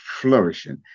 flourishing